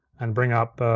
and bring up